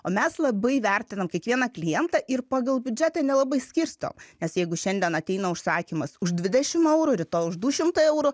o mes labai vertinam kiekvieną klientą ir pagal biudžetą nelabai skirsto nes jeigu šiandien ateina užsakymas už dvidešim eurų rytoj už du šimtai eurų